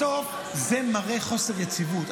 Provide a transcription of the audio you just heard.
-- בסוף זה מראה חוסר יציבות.